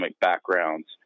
backgrounds